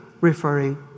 referring